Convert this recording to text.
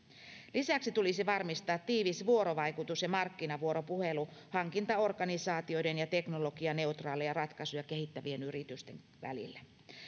lisäksi tulisi varmistaa tiivis vuorovaikutus ja markkinavuoropuhelu hankintaorganisaatioiden ja teknologianeutraaleja ratkaisuja kehittävien yritysten välille